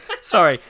Sorry